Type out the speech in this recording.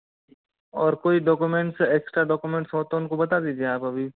और कोई document extra documents हो तो हमको बता दीजिए आप अभी